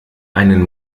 einen